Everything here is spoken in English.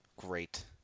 great